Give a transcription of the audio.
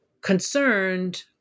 concerned